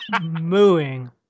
Mooing